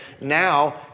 now